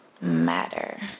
matter